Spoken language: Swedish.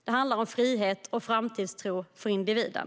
Det handlar om frihet och framtidstro för individen.